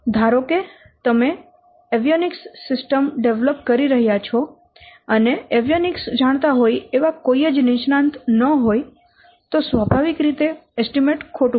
ધારો કે તમે એવિયોનિક્સ સિસ્ટમ ડેવલપ કરી રહ્યા છો અને એવિયોનિક્સ જાણતા હોય એવા કોઈ નિષ્ણાંત જ ન હોય તો સ્વાભાવીક રીતે એસ્ટીમેટ ખોટો પડશે